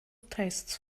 tastes